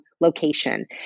location